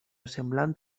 semblant